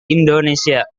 indonesia